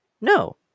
No